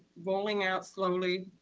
rolling out slowly,